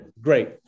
great